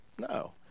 No